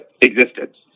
existence